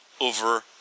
over